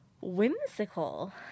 Whimsical